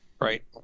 Right